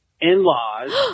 in-laws